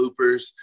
bloopers